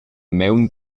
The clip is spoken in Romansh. maun